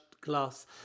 glass